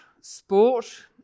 sport